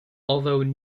although